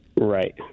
Right